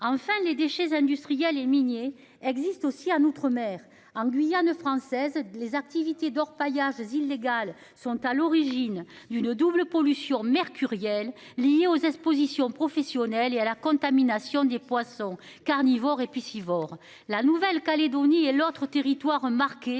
Enfin les déchets industriels et miniers existe aussi à l'outre-mer en Guyane française. Les activités d'orpaillage illégal sont à l'origine d'une double pollution mercuriels liés aux expositions professionnelles et à la contamination des poissons carnivores et puis Ivor la Nouvelle Calédonie et l'autre territoire marqué